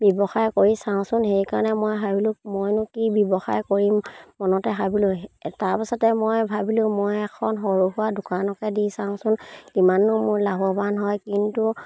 ব্যৱসায় কৰি চাওঁচোন সেইকাৰণে মই ভাবিলোঁ মইনো কি ব্যৱসায় কৰিম মনতে ভাবিলোঁ তাৰপিছতে মই ভাবিলোঁ মই এখন সৰু সুৰা দোকানকে দি চাওঁচোন ইমানো মোৰ লাভৱান হয় কিন্তু